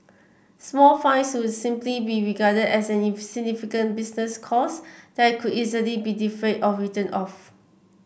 small fines would simply be regarded as an insignificant business cost that can easily be defrayed or written off